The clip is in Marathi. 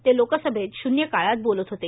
ते लोकसभेत शून्य काळात बोलत होते